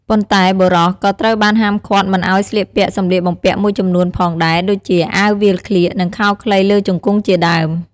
ប៉ុន្តែបុរសក៏ត្រូវបានហាមឃាតមិនឲ្យស្លៀកពាក់សម្លៀកបំពាក់មួយចំនួនផងដែរដូចជា អាវវាលក្លៀក និងខោខ្លីលើជង្គង់ជាដើម។